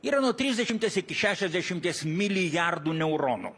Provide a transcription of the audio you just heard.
yra nuo trisdešimties iki šešiasdešimties milijardų neuronų